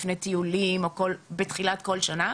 לפני טיולים או בתחילת כל שנה.